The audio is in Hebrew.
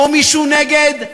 או מישהו נגד,